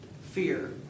fear